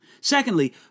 Secondly